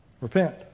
Repent